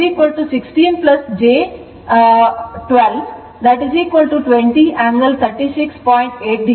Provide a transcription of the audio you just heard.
ನಾನು I 2 ಅನ್ನು 100 angle 0 16 j 1220 angle 36